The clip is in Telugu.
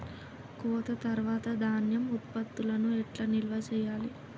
కోత తర్వాత ధాన్యం ఉత్పత్తులను ఎట్లా నిల్వ చేయాలి?